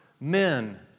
men